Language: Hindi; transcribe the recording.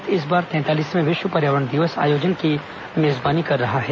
भारत इस बार तैंतालीसवें विश्व पर्यावरण दिवस आयोजन की मेजबानी कर रहा है